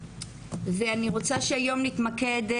אני רוצה שהיום נשמע את